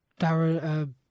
Darren